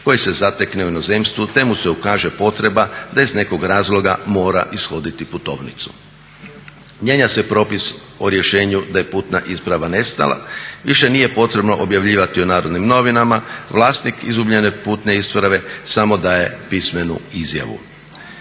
koji se zatekne u inozemstvu te mu se ukaže potreba da iz nekog razloga mora ishoditi putovnicu. Mijenja se propis o rješenju da je putna isprava nestala. Više nije potrebno objavljivati u Narodnim novinama, vlasnik izgubljene putne isprave samo daje pismenu izjavu.